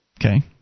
Okay